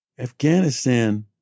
Afghanistan